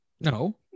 No